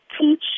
teach